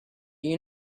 you